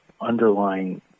underlying